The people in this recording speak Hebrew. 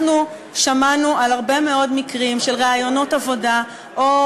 שמענו על הרבה מאוד מקרים של ראיונות עבודה או